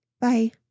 Bye